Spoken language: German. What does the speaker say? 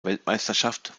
weltmeisterschaft